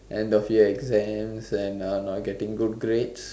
end of year exams and uh not getting good grades